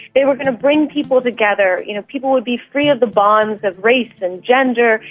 they were going to bring people together, you know, people would be free of the bonds of race and gender.